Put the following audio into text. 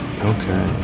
Okay